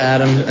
Adam